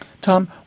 Tom